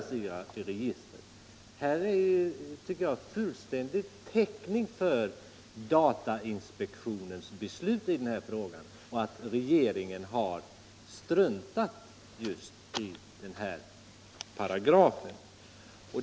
Här föreligger, tycker jag, fullständig täckning för datainspektionens beslut, och det är uppenbart att regeringen har struntat i 38.